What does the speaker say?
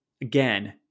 again